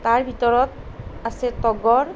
তাৰ ভিতৰত আছে তগৰ